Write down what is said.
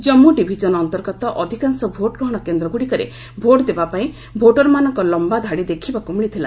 Jammu division ଅନ୍ତର୍ଗତ ଅଧିକାଂଶ ଭୋଟ୍ଗ୍ରହଣ କେନ୍ଦ୍ରଗୁଡ଼ିକରେ ଭୋଟ୍ ଦେବାପାଇଁ ଭୋଟର୍ମାନଙ୍କ ଲମ୍ବା ଧାଡ଼ି ଦେଖିବାକୁ ମିଳିଥିଲା